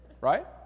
Right